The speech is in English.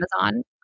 Amazon